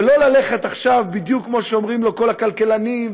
ולא ללכת עכשיו בדיוק כמו שאומרים לו כל הכלכלנים,